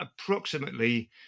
approximately